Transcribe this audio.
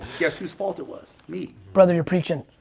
guess whose fault it was? me. brother, you're preaching.